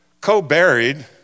co-buried